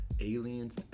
aliens